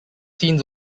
scenes